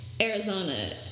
Arizona